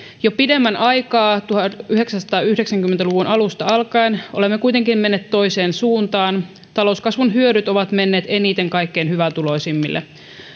jo pidemmän aikaa tuhatyhdeksänsataayhdeksänkymmentä luvun alusta alkaen olemme kuitenkin menneet toiseen suuntaan talouskasvun hyödyt ovat menneet eniten kaikkein hyvätuloisimmille